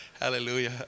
Hallelujah